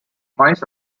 mice